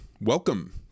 welcome